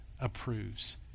approves